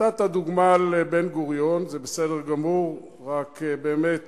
נתת דוגמה של בן-גוריון, זה בסדר גמור, רק באמת